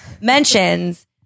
mentions